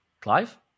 Clive